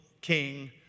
king